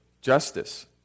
justice